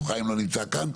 חיים לא נמצא כאן,